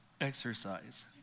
exercise